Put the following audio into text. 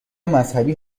مذهبی